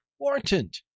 important